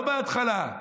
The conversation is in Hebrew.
לא בהתחלה,